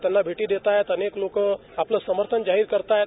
त्यांना भेटी देताहेत अनेक लोक आपलं समर्थन जाहिर करता येत